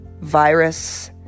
virus